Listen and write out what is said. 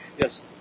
Yes